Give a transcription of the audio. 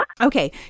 Okay